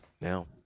now